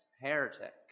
Heretic